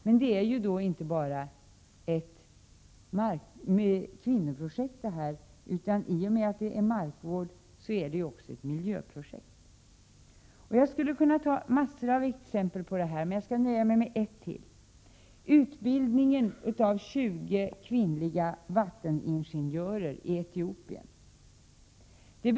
Men det är inte bara ett kvinnoprojekt, utan i och med att det handlar om markvård är det också ett miljöprojekt. Jag skulle kunna ta massor av exempel på detta, men jag skall nöja mig med ett till: utbildningen av 20 kvinnliga vatteningenjörer i Etiopien.